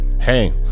Hey